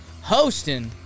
hosting